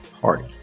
party